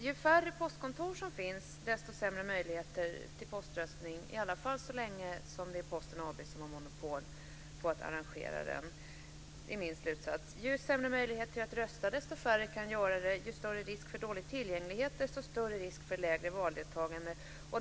Ju färre postkontor, desto sämre möjligheter till poströstning - i alla fall så länge Posten AB har monopol på att arrangera den; det är min slutsats. Ju sämre möjligheter att rösta, desto färre kan göra det. Ju större risk för dålig tillgänglighet, desto större risk för ett lägre valdeltagande.